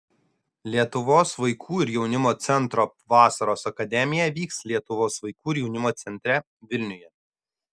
lietuvos vaikų ir jaunimo centro vasaros akademija vyks lietuvos vaikų ir jaunimo centre vilniuje